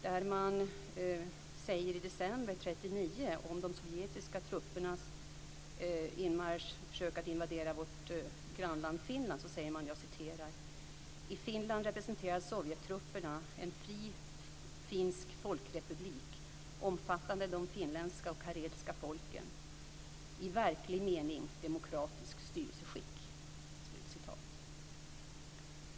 Där säger man i december 1939 om de sovjetiska truppernas försök att invadera vårt grannland Finland: "I Finland representerar sovjettrupperna en fri finsk folkrepublik omfattande de finländska och karelska folken, i verklig mening demokratiskt styrelseskick".